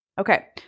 Okay